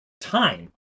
time